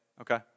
Okay